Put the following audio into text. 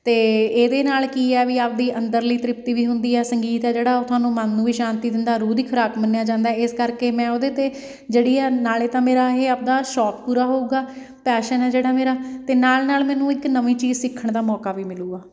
ਅਤੇ ਇਹਦੇ ਨਾਲ ਕੀ ਆ ਵੀ ਆਪਣੀ ਅੰਦਰਲੀ ਤ੍ਰਿਪਤੀ ਵੀ ਹੁੰਦੀ ਹੈ ਸੰਗੀਤ ਹੈ ਜਿਹੜਾ ਉਹ ਤੁਹਾਨੂੰ ਮਨ ਨੂੰ ਵੀ ਸ਼ਾਂਤੀ ਦਿੰਦਾ ਰੂਹ ਦੀ ਖ਼ੁਰਾਕ ਮੰਨਿਆ ਜਾਂਦਾ ਇਸ ਕਰਕੇ ਮੈਂ ਉਹਦੇ 'ਤੇ ਜਿਹੜੀ ਹੈ ਨਾਲੇ ਤਾਂ ਮੇਰਾ ਇਹ ਆਪਣਾ ਸ਼ੌਕ ਪੂਰਾ ਹੋਊਗਾ ਪੈਸ਼ਨ ਆ ਜਿਹੜਾ ਮੇਰਾ ਅਤੇ ਨਾਲ ਨਾਲ ਮੈਨੂੰ ਇੱਕ ਨਵੀਂ ਚੀਜ਼ ਸਿੱਖਣ ਦਾ ਮੌਕਾ ਵੀ ਮਿਲੂਗਾ